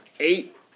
eight